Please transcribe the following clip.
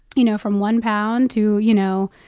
you know, from one pound to, you know,